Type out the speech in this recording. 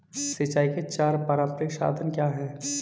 सिंचाई के चार पारंपरिक साधन क्या हैं?